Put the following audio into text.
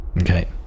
Okay